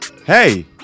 Hey